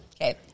Okay